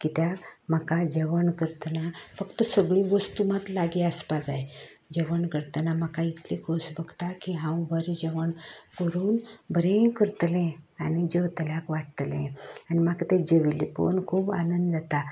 किद्याक म्हाका जेवण करतना फक्त सगळ्यो वस्तू मात लागी आसपाक जाय जेवण करतना म्हाका इतलें खोस भोगता की हांव बरें जेवण करून बरें करतलें आनी जेवतल्याक वाडटलें आनी म्हाका तें जेविल्ले पळोवन खूब आनंद जाता